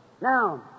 Now